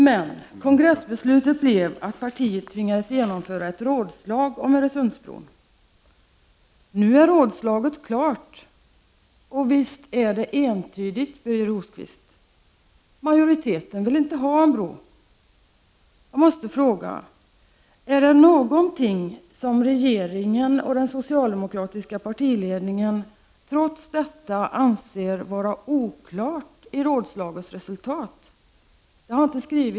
Men kongressbeslutet blev att partiet tvingades genomföra ett rådslag om Öresundsbron. Rådslaget är nu klart, och visst är det entydigt, Birger Rosqvist: Majoriteten vill inte ha bron. Jag måste fråga: Är det någonting som regeringen och den socialdemokratiska partiledningen trots detta anser oklart i rådslagets resultat?